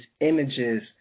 images